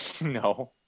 No